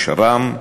השר"מ,